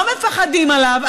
לא מפחדים עליו.